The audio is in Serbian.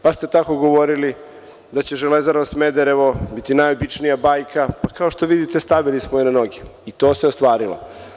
Tako ste govorili i da će Železara Smederevo biti najobičnija bajka, pa kao što vidite, stavili smo je na noge, i to se ostvarilo.